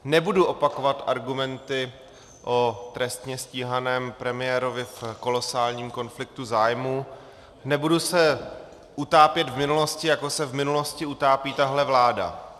Nebudu opakovat argumenty o trestně stíhaném premiérovi v kolosálním konfliktu zájmu, nebudu se utápět v minulosti, jako se v minulosti utápí tahle vláda.